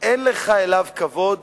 אין לך אליו כבוד?